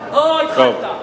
טוב.